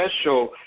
special